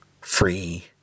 Free